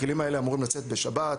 הכלים האלה אמורים לצאת בשבת,